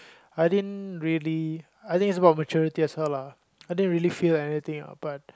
I didn't really I think it's about maturity as well lah I didn't really feel anything ah but